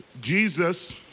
Jesus